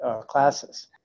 classes